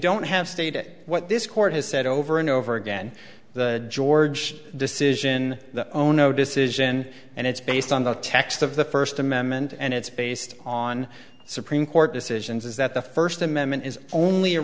don't have state it what this court has said over and over again the george decision oh no decision and it's based on the text of the first amendment and it's based on supreme court decisions is that the first amendment is only a